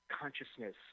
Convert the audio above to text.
consciousness